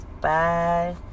Bye